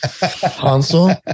Hansel